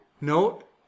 Note